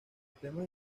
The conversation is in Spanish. temas